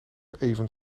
even